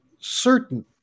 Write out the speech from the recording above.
certain